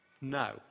No